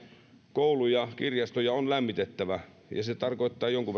kouluja kirjastoja on lämmitettävä ja se tarkoittaa jonkun